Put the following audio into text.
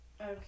Okay